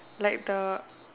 like the